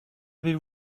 avez